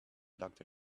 doctor